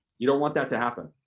you don't want that to happen.